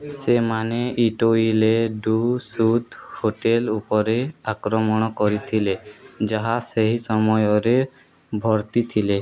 ସେମାନେ ଇଟୋଇଲେ ଡୁସୁଦ୍ ହୋଟେଲ୍ ଉପରେ ଆକ୍ରମଣ କରିଥିଲେ ଯାହା ସେହି ସମୟରେ ଭର୍ତ୍ତିଥିଲେ